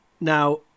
Now